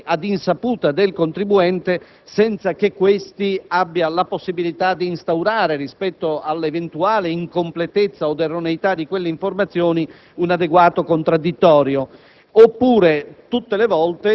di assumere informazioni all'insaputa del contribuente, senza che questi abbia la possibilità di instaurare, rispetto all'eventuale incompletezza od erroneità di quelle informazioni, un adeguato contraddittorio.